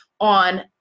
on